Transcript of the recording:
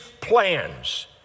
plans